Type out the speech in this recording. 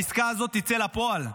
העסקה הזאת תצא לפועל.